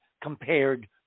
compared